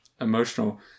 emotional